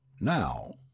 now